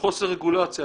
מחוסר רגולציה,